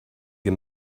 wir